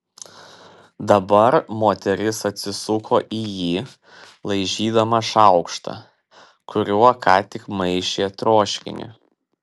dabar moteris atsisuko į jį laižydama šaukštą kuriuo ką tik maišė troškinį